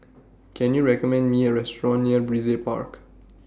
Can YOU recommend Me A Restaurant near Brizay Park